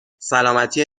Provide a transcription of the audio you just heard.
سلامتی